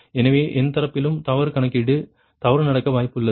எனவே என் தரப்பிலும் தவறு கணக்கீடு தவறு நடக்க வாய்ப்பு உள்ளது